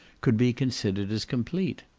could be considered as complete.